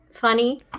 Funny